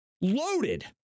loaded